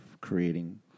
creating